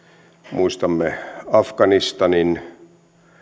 muistamme afganistanin